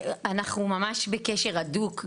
אנחנו ממש בקשר הדוק,